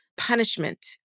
Punishment